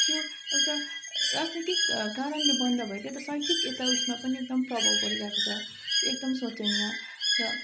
त्यो एउटा राजनीतिक कारणले बन्द भएको एउटा शैक्षिक यता उयसमा पनि एकदम प्रभाव परिरहेको छ एकदम सोचनीय र